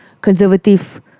conservative